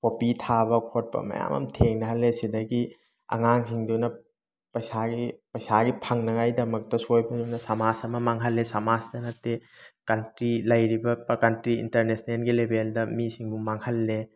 poppy ꯊꯥꯕ ꯈꯣꯠꯄ ꯃꯌꯥꯝ ꯑꯃ ꯊꯦꯡꯅꯍꯜꯂꯦ ꯁꯤꯗꯒꯤ ꯑꯉꯥꯡꯁꯤꯡꯗꯨꯅ ꯄꯩꯁꯥꯒꯤ ꯄꯩꯁꯥꯒꯤ ꯐꯪꯅꯉꯥꯏꯗꯃꯛꯇ ꯁꯃꯥꯖ ꯑꯃ ꯃꯥꯡꯍꯜꯂꯦ ꯁꯃꯥꯖꯇ ꯅꯠꯇꯦ ꯀꯟꯇ꯭ꯔꯤ ꯂꯩꯔꯤꯕ ꯀꯟꯇ꯭ꯔꯤ ꯏꯟꯇꯔꯅꯦꯁꯅꯦꯜꯒꯤ ꯂꯦꯕꯦꯜꯗ ꯃꯤꯁꯤꯡꯕꯨ ꯃꯥꯡꯍꯜꯂꯦ